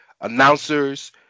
announcers